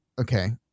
okay